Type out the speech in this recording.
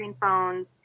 phones